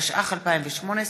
התשע"ח 2018,